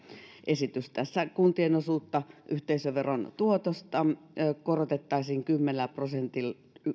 esitys tässä kuntien osuutta yhteisöveron tuotosta korotettaisiin kymmenellä